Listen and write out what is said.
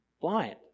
blind